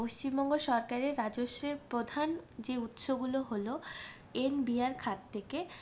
পশ্চিমবঙ্গ সরকারের রাজস্বের প্রধান যে উৎসগুলো হল এনবিআর খাত থেকে